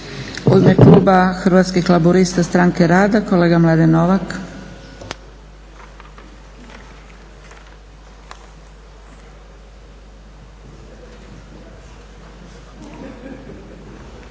U ime kluba Hrvatskih laburista-Stranke rada kolega Mladen Novak.